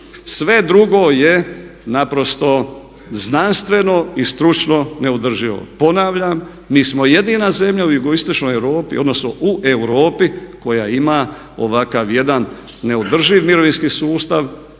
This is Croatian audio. Sve drugo je naprosto znanstveno i stručno neodrživo. Ponavljam, mi smo jedina zemlja u Jugoistočnoj Europi odnosno u Europi koja ima ovakav jedan neodrživi mirovinski sustav,